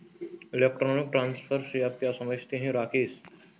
Electronic transfer से आप क्या समझते हैं, राकेश?